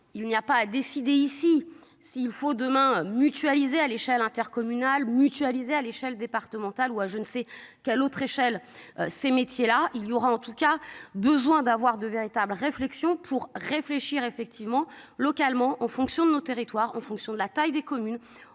il n'y a pas à décider ici s'il faut demain mutualisés à l'échelle intercommunale mutualisés à l'échelle départementale ou à je ne sais quel autre échelle, ces métiers là il y aura en tout cas besoin d'avoir de véritables réflexions pour réfléchir effectivement localement en fonction de nos territoires en fonction de la taille des communes